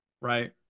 Right